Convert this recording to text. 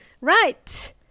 Right